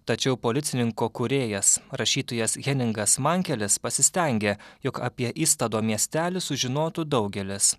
tačiau policininko kūrėjas rašytojas heningas mankelis pasistengė jog apie istado miestelį sužinotų daugelis